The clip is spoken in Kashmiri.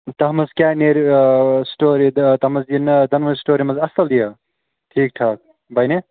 تَتھ منٛز کیٛاہ نیرِ سٹوری تَتھ منٛز یہِ نہٕ دۄنوَے سِٹوری منٛز اَصٕل یہِ ٹھیٖک ٹھاک بَنہِ